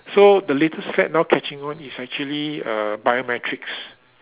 so the latest fad now catching on is actually uh biometrics